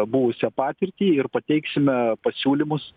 buvusią patirtį ir pateiksime pasiūlymus